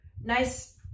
nice